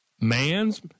Man's